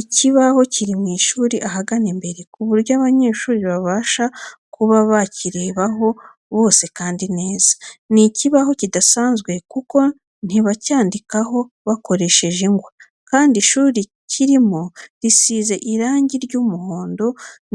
Ikibaho kiri mu ishuri ahagana imbere ku buryo abanyeshuri babasha kuba bakirebaho bose kandi neza. Ni ikibaho kidasanzwe kuko ntibacyandikaho bakoresheje ingwa kandi ishuri kirimo risize irange ry'umuhondo